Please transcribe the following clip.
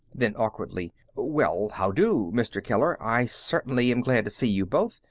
then, awkwardly well, how-do, mr. keller. i certainly am glad to see you both.